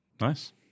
nice